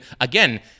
again